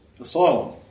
Asylum